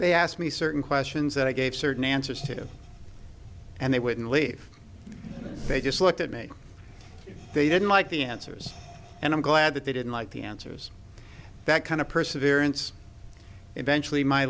they asked me certain questions that i gave certain answers to and they wouldn't leave they just looked at me they didn't like the answers and i'm glad that they didn't like the answers that kind of perseverance eventually my